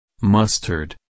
Mustard